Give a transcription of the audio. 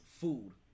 food